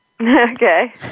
Okay